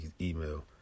email